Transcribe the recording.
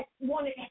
wanted